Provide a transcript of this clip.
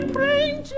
Praying